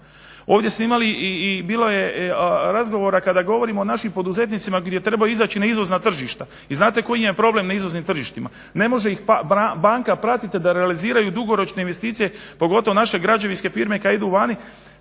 Ovdje ste imali i bilo je razgovora kada govorimo o našim poduzetnicima kad je trebalo izaći na izvozna tržišta i znate koji im je problem na izvoznim tržištima ne može ih banka pratiti da realiziraju dugoročne investicije pogotovo naše građevinske firme kad idu vani